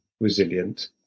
resilient